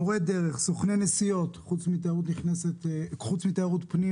מורי דרך, סוכני נסיעות, חוץ מתיירות הפנים